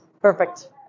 Perfect